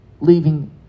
leaving